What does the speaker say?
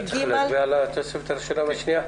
צריך להצביע על התוספת הראשונה והשנייה?